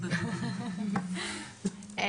אוקיי.